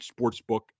sportsbook